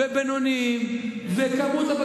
של בעלי עסקים קטנים ובינוניים,